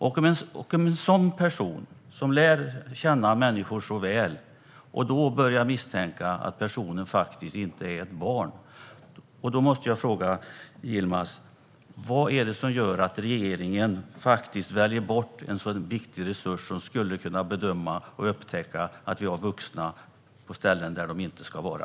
När en sådan person, som lär känna människor så väl, börjar misstänka att något av dessa flyktingbarn faktiskt inte är ett barn måste jag fråga Yilmaz Kerimo: Vad är det som gör att regeringen faktiskt väljer bort en sådan viktig resurs som skulle kunna bedöma och upptäcka att vi har vuxna på ställen där de inte ska vara?